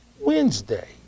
Wednesday